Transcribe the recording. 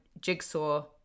jigsaw